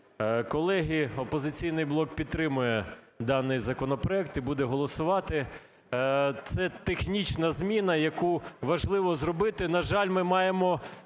колеги! "Опозиційний блок" підтримує даний законопроект і буде голосувати. Це технічна зміна, яку важливо зробити. На жаль, ми маємо